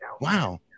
Wow